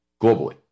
globally